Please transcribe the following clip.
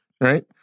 right